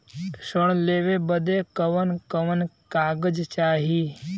ऋण लेवे बदे कवन कवन कागज चाही?